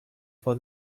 for